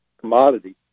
commodity